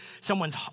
someone's